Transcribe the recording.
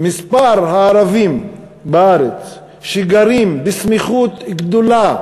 מספר הערבים בארץ שגרים בסמיכות גדולה